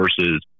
versus